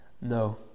No